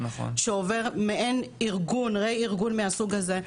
שעובר רה-ארגון מהסוג הזה,